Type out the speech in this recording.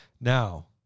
Now